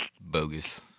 Bogus